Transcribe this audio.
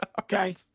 Okay